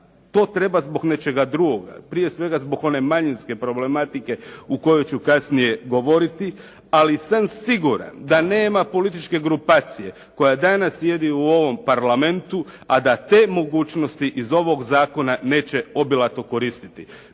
to treba zbog nečega drugoga. Prije svega zbog one manjinske problematike o kojoj ću kasnije govoriti, ali sam siguran da nema političke grupacije koja danas sjedi u ovom Parlamentu, a da te mogućnosti iz ovog zakona neće obilato koristiti.